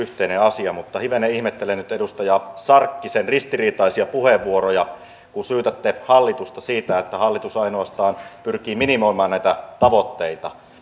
tärkeä yhteinen asia mutta hivenen ihmettelen nyt edustaja sarkkisen ristiriitaisia puheenvuoroja kun syytätte hallitusta siitä että hallitus ainoastaan pyrkii minimoimaan näitä tavoitteita